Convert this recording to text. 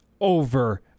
over